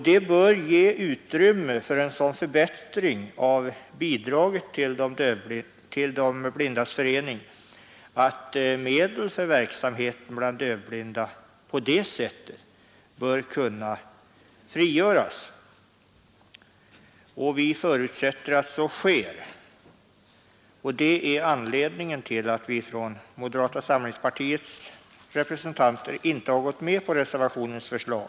Det bör ge utrymme för en sådan förbättring av bidraget till De blindas förening att medel för verksamheten bland dövblinda på det sättet bör kunna frigöras. Vi förutsätter att så sker, och det är anledningen till att moderata samlingspartiets representanter inte har gått med på reservationens förslag.